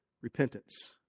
repentance